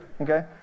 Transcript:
okay